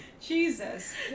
Jesus